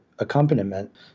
accompaniment